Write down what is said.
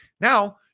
Now